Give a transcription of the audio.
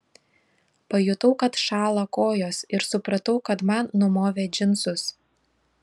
pajutau kad šąla kojos ir supratau kad man numovė džinsus